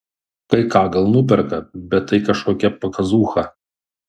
kai ką gal nuperka bet tai kažkokia pakazūcha